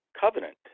covenant